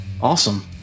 Awesome